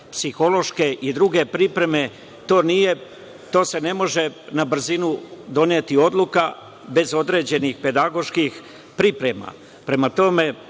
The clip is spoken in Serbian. psihološke i druge pripreme. To se ne može na brzinu doneti odluka brz određenih pedagoških priprema. Prema tome,